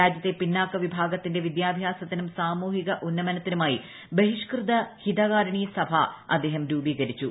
രാജ്യത്തെ പിന്നാക്ക വിഭാഗത്തിന്റെ വിദ്യാഭ്യാസത്തിനും സാമൂഹിക ഉന്നമനത്തിനുമായി ബഹിഷ്കൃത ഹിതകാരിണി സഭ അദ്ദേഹം രൂപീകരിച്ചു